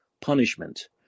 punishment